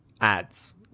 ads